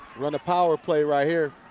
run a power play right here.